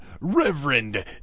Reverend